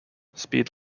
speed